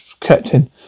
captain